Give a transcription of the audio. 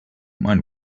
mind